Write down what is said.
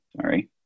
Sorry